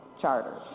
charters